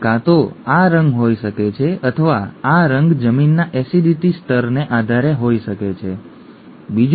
તે કાં તો આ રંગ હોઈ શકે છે અથવા આ રંગ જમીનના એસિડિટી સ્તરને આધારે હોઈ શકે છે ઠીક છે